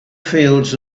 fields